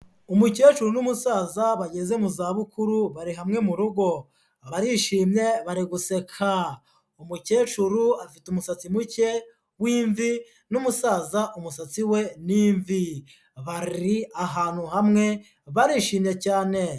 Umukecuru n'umusaza bageze mu za bukuru bari hamwe mu rugo, barishimye bari guseka, umukecuru afite umusatsi muke w'imvi, n'umusaza umusatsi we ni imvi, bari ahantu hamwe, barishimye cyane.